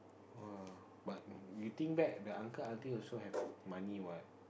!wah! but you think back the uncle auntie also have money what